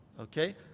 Okay